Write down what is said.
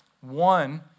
One